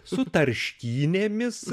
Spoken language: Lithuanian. su tarškynėmis